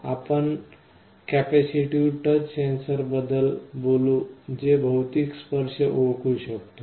प्रथम आपण capacitive touch सेन्सरबद्दल बोलू जो भौतिक स्पर्श ओळखू शकतो